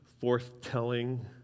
forth-telling